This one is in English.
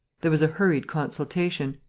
there was a hurried consultation.